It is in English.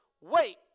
wait